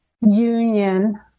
union